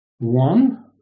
one